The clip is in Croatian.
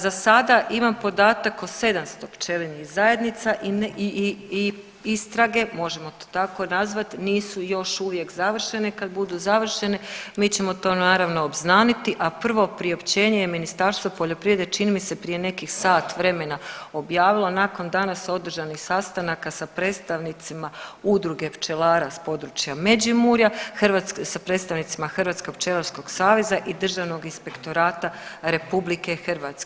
Za sada imam podatak o 700 pčelinjih zajednica i istrage možemo to tako nazvat nisu još uvijek završene, kad budu završene mi ćemo to naravno obznaniti, a prvo je priopćenje je Ministarstvo poljoprivrede čini mi se prije nekih sat vremena objavilo nakon danas održanih sastanaka sa predstavnicima udruge pčelara s područja Međimurja, sa predstavnicima Hrvatskog pčelarskog saveza i Državnog inspektorata RH.